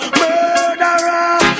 murderer